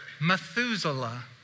Methuselah